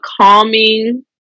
calming